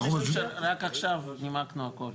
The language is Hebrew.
רק עכשיו נימקנו הכול.